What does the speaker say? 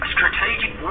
Strategic